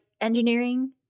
engineering